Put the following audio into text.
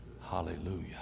Hallelujah